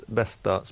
bästa